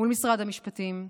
מול משרד המשפטים,